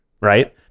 right